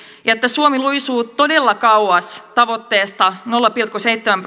ja että suomi luisuu todella kauas kehitysyhteistyömäärärahaosuuden tavoitteesta nolla pilkku seitsemän